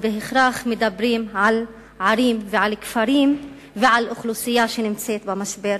בהכרח מדברים על ערים ועל כפרים ועל אוכלוסייה שנמצאת במשבר,